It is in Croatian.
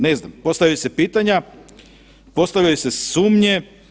Ne znam, postavljaju se pitanja, postavljaju se sumnje.